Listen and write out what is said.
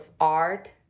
art